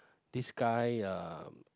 this guy uh